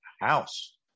house